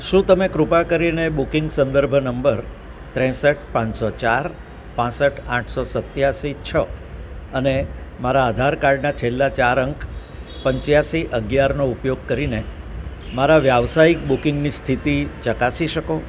શું તમે કૃપા કરીને બુકિંગ સંદર્ભ નંબર ત્રેસઠ પાંચસો ચાર પાંસઠ આઠસો સત્યાસી છ અને મારા આધાર કાર્ડના છેલ્લા ચાર અંક પંચ્યાસી અગિયારનો ઉપયોગ કરીને મારા વ્યાવસાયિક બુકિંગની સ્થિતિ ચકાસી શકો